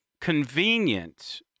convenient